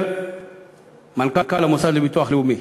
אומר מנכ"ל המוסד לביטוח לאומי,